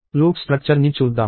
loop structure ని చూద్దాం